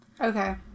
Okay